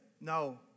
No